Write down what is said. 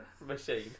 Machine